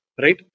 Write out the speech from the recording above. right